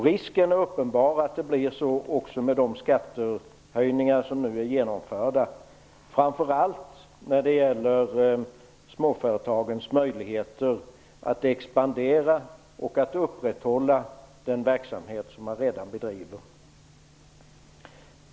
Risken är uppenbar att det blir så också med de skattehöjningar som nu är genomförda, framför allt när det gäller småföretagens möjligheter att upprätthålla och expandera den verksamhet som de redan bedriver.